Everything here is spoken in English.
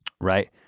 right